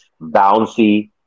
bouncy